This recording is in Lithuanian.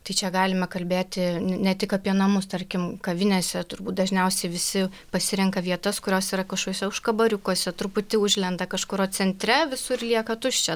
tai čia galima kalbėti ne tik apie namus tarkim kavinėse turbūt dažniausiai visi pasirenka vietas kurios yra kokiuose užkaboriukuose truputį užlenda kažkur centre visur lieka tuščia